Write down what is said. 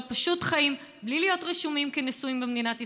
פשוט חיים בלי להיות רשומים כנשואים במדינת ישראל,